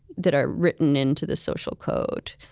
that are written into the social code?